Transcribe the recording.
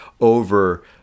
over